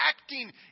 acting